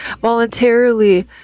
voluntarily